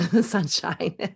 sunshine